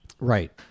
Right